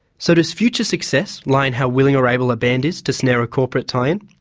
so does future success lie in how willing or able a band is to snare a corporate tie-in?